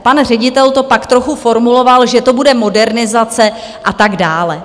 Pan ředitel to pak trochu formuloval, že to bude modernizace a tak dále.